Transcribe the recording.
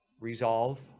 resolve